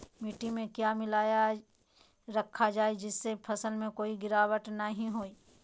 मिट्टी में क्या मिलाया रखा जाए जिससे फसल में कोई गिरावट नहीं होई?